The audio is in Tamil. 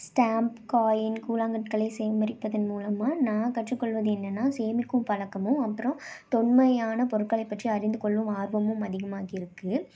ஸ்டாம்ப் காயின் கூழாங்கற்களை சேகரிப்பதன் மூலமாக நான் கற்றுக்கொள்வது என்னன்னா சேமிக்கும் பழக்கமும் அப்புறம் தொன்மையான பொருட்களை பற்றி அறிந்துக்கொள்ளும் ஆர்வமும் அதிகமாகியிருக்கு